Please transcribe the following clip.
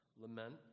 lament